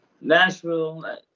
Nashville